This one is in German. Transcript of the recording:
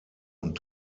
und